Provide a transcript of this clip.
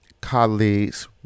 colleagues